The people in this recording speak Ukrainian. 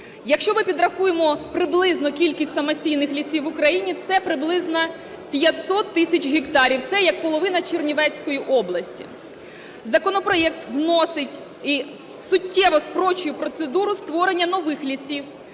Якщо ми підрахуємо приблизну кількість самосійних лісів в Україні, це приблизно 500 тисяч гектарів, це як половина Чернівецької області. Законопроект вносить і суттєво спрощує процедуру створення нових лісів.